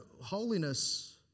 holiness